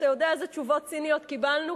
אתה יודע איזה תשובות ציניות קיבלנו?